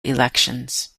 elections